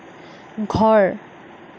ঘৰ